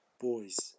boys